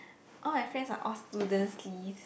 all my friends are all students please